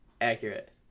Accurate